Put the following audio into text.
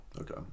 okay